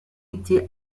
été